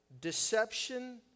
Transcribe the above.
deception